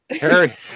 Harry